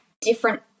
different